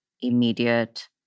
immediate